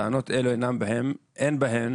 טענות אלה, אין בהן